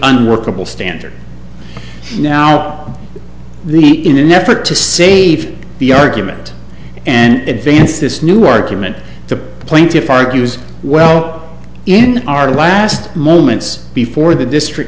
unworkable standard now the in an effort to save the argument and advance this new argument the plaintiffs argues well in our last moments before the district